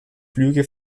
flüge